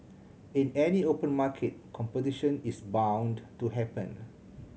in any open market competition is bound to happen